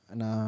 na